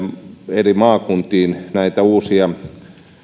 eri maakuntiin uusia